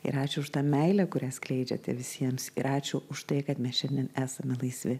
ir ačiū už tą meilę kurią skleidžiate visiems ir ačiū už tai kad mes šiandien esame laisvi